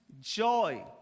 joy